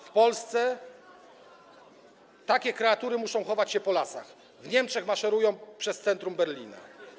w Polsce takie kreatury muszą chować się po lasach, w Niemczech maszerują przez centrum Berlina.